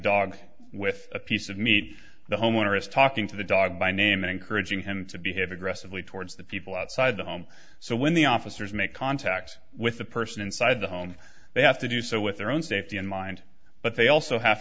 dog with a piece of meat the homeowner is talking to the dog by name encouraging him to behave aggressively towards the people outside the home so when the officers make contact with the person inside the home they have to do so with their own safety in mind but they also have